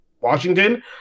Washington